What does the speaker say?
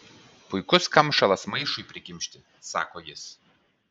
puikus kamšalas maišui prikimšti sako jis